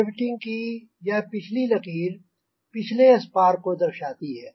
riveting की यह पिछली लकीर पिछले स्पार को दर्शाती है